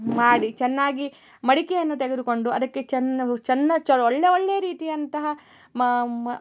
ಮಾಡಿ ಚೆನ್ನಾಗಿ ಮಡಿಕೆಯನ್ನು ತೆಗೆದುಕೊಂಡು ಅದಕ್ಕೆ ಚಿನ್ನವು ಚನ್ನ ಚಲೋ ಒಳ್ಳೆ ಒಳ್ಳೆ ರೀತಿಯಂತಹ ಮ ಮ